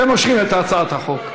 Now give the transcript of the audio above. אתם מושכים את הצעת החוק.